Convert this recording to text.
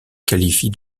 qualifient